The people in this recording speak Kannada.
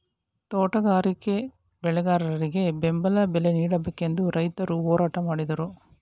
ತೋಟಗಾರಿಕೆ ಬೆಳೆಗಾರರಿಗೆ ಬೆಂಬಲ ಬಲೆ ನೀಡಬೇಕೆಂದು ರೈತರು ಹೋರಾಟ ಮಾಡಿದರು